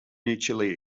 mutually